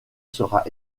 sera